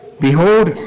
Behold